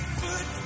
foot